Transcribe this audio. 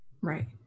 Right